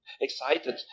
excited